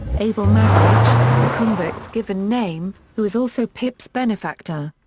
abel magwitch, the convict's given name, who is also pip's benefactor.